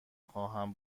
خواهم